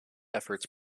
efforts